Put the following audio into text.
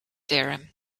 theorem